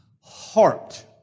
heart